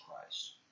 Christ